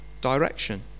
direction